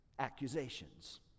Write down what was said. accusations